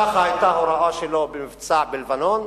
ככה היתה ההוראה שלו במבצע בלבנון: